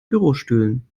bürostühlen